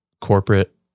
corporate